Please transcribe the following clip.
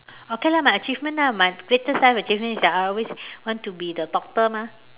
okay lah my achievement lah my latest life achievement is that I always want to be a doctor mah